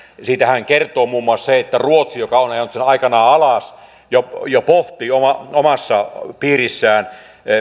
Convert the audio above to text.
siitähän kertoo muun muassa se että ruotsi joka on ajanut sen aikanaan alas jo jo pohtii omassa piirissään